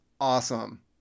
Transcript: Awesome